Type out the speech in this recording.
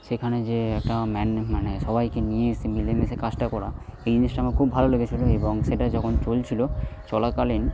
সেখানে যে একটা ম্যান মানে সবাইকে নিয়ে কাজটা করা এই জিনিসটা আমার খুব ভাল লেগেছিল এবং সেটা যখন চলছিল চলাকালীন